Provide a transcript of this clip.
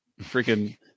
freaking